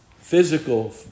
physical